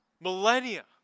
Millennia